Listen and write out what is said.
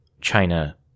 China